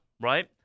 Right